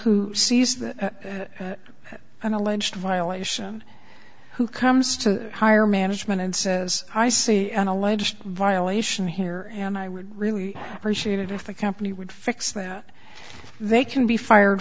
who sees that an alleged violation who comes to higher management and says i see an alleged violation here and i would really appreciate it if the company would fix that they can be fired